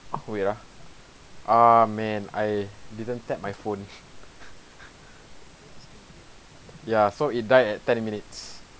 wait ah ah man I didn't tap my phone ya so it died at ten minutes